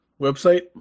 website